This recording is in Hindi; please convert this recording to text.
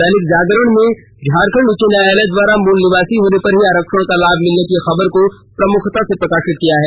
दैनिक जागरण ने झारखंड उच्च न्यायालय द्वारा मूल निवासी होने पर ही आरक्षण का लाभ मिलने की खबर को प्रमुखता से प्रकाशित किया है